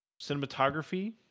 cinematography